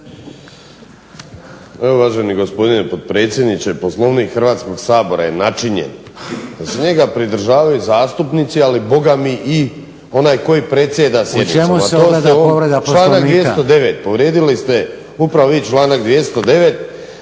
U čemu se ogleda povreda Poslovnika?